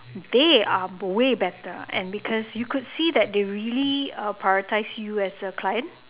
they are way better and because you could see that they really uh prioritise you as a client